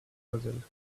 puzzled